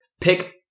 pick